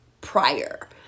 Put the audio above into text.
prior